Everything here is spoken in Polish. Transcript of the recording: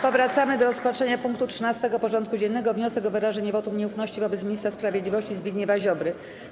Powracamy do rozpatrzenia punktu 13. porządku dziennego: Wniosek o wyrażenie wotum nieufności wobec Ministra Sprawiedliwości Zbigniewa Ziobry.